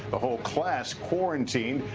the whole class quarantined.